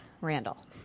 randall